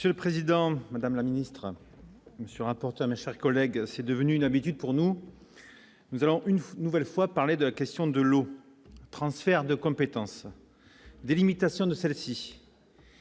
Monsieur le Président, Madame la Ministre sur rapporte mais sa collègue, c'est devenu une habitude pour nous, nous avons une nouvelle fois, parler de la question de l'eau, transfert de compétences des limitations de celle-ci.